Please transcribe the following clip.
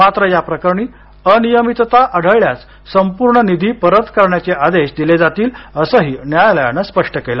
मात्र या प्रकरणी अनियमितता आढळल्यास संपूर्ण निधी परत करण्याचे आदेश दिले जातील असंही न्यायालयानं स्पष्ट केलं